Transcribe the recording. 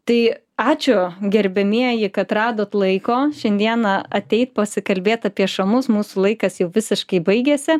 tai ačiū gerbiamieji kad radot laiko šiandiena ateit pasikalbėt apie šamus mūsų laikas jau visiškai baigėsi